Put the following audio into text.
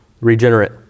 regenerate